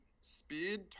speed